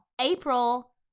April